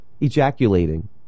ejaculating